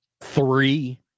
three